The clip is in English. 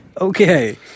Okay